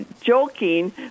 joking